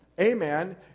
amen